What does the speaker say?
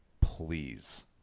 please